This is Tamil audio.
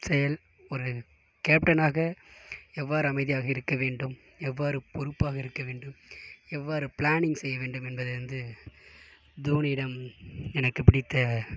செயல் ஒரு கேப்டனாக எவ்வாறு அமைதியாக இருக்க வேண்டும் எவ்வாறு பொறுப்பாக இருக்க வேண்டும் எவ்வாறு பிளானிங் செய்ய வேண்டும் என்பதிலிருந்து தோனியிடம் எனக்கு பிடித்த